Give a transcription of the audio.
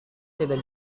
tidak